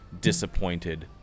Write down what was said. disappointed